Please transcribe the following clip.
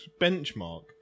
benchmark